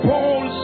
Paul